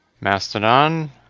Mastodon